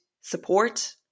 support